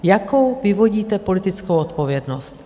Jakou vyvodíte politickou odpovědnost?